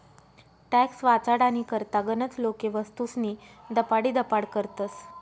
tax वाचाडानी करता गनच लोके वस्तूस्नी दपाडीदपाड करतस